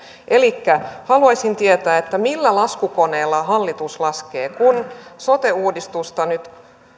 elikkä haluaisin tietää millä laskukoneella hallitus laskee sote uudistusta